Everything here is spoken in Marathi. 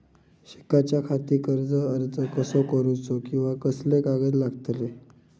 शिकाच्याखाती कर्ज अर्ज कसो करुचो कीवा कसले कागद लागतले?